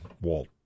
Walt